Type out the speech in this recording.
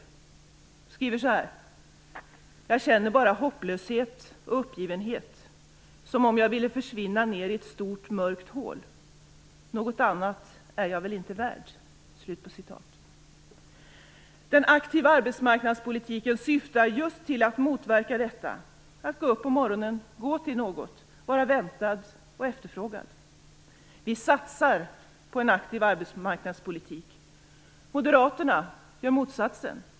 Hon skriver att hon bara känner hopplöshet och uppgivenhet, som om hon ville försvinna ned i ett stort mörkt hål. Något annat är hon väl inte värd, skriver hon. Den aktiva arbetsmarknadspolitiken syftar just till att motverka detta. En arbetslös skall också ha rätt att gå upp på morgonen och gå till något och att vara väntad och efterfrågad. Vi satsar på en aktiv arbetsmarknadspolitik. Moderaterna gör motsatsen.